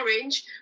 orange